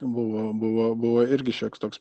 buvo buvo buvo irgi šioks toks